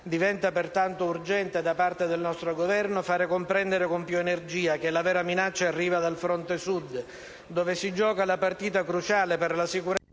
Diventa, pertanto, urgente da parte del nostro Governo far comprendere con più energia che la vera minaccia arriva dal fronte Sud, dove si gioca la partita cruciale per la sicurezza